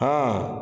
ହଁ